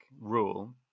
rule